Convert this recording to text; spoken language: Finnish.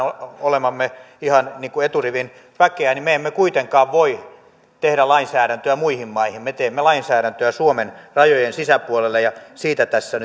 olevamme ihan niin kuin eturivin väkeä niin me emme kuitenkaan voi tehdä lainsäädäntöä muihin maihin me teemme lainsäädäntöä suomen rajojen sisäpuolelle ja siitä tässä